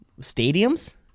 stadiums